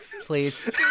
please